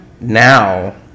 now